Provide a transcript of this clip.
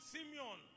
Simeon